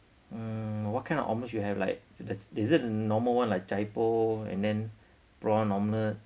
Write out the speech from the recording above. mm what kind of omelette you have like this is it normal one like chaibo and then prawn omelette